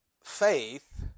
faith